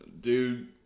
Dude